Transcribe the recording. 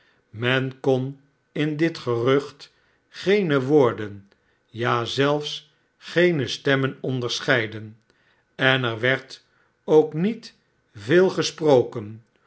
men kon in dit gerucht geene woorden ja zelfsgeene stemmen onderscheiden en er werd ook niet veel gesproken